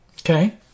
Okay